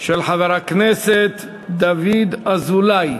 של חבר הכנסת דוד אזולאי.